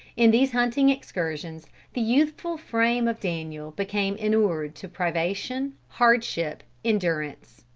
in these hunting excursions the youthful frame of daniel became inured to privation, hardship, endurance.